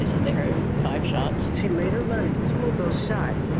they said they heard five shots. she later learned two of those shots.